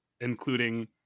including